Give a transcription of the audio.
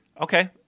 okay